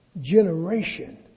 generation